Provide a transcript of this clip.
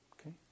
okay